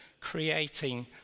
creating